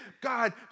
God